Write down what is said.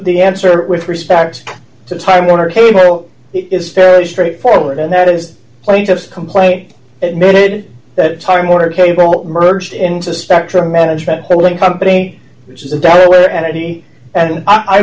the answer with respect to time warner cable is fairly straightforward and that is plaintiff's complaint admitted that time warner cable merged into spectrum management but one company which is a delaware and id and i